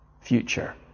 future